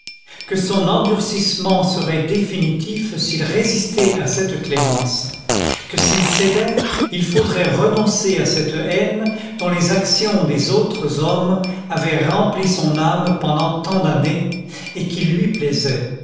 que son endurcissement serait définitif s'il résistait à cette clémence que s'il cédait il faudrait renoncer à cette haine dont les actions des autres hommes avaient rempli son âme pendant tant d'années et qui lui plaisait